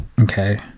Okay